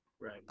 Right